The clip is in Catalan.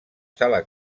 sala